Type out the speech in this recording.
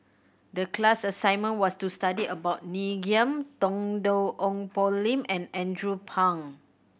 the class assignment was to study about Ngiam Tong Dow Ong Poh Lim and Andrew Phang